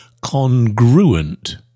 congruent